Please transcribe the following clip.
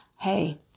Hey